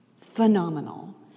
phenomenal